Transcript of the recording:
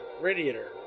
Radiator